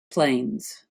plains